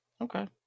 Okay